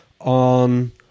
on